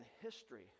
history